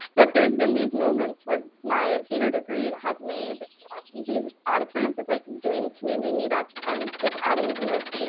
but there's been these moments where my theater degree has made these odd appearances. like doing community meetups and just adding the most,